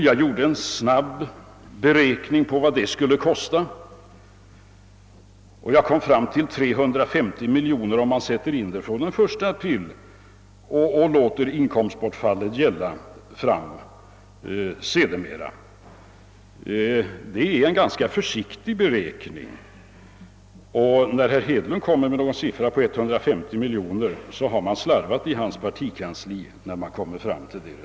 Jag gjorde en snabberäkning av vad det skulle kosta och kom fram till 350 miljoner kronor, om man låter inkomstbortfallet gälla från den 1 april. Det är en ganska försiktig beräkning. När herr Hedlund kommer med en siffra på 150 miljoner kronor, måste det ha slarvats i hans partikansli.